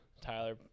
Tyler